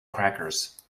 crackers